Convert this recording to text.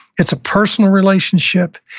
it's personal relationship.